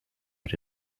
but